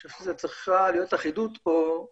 אני חושב שצריכה להיות כאן אחידות ומי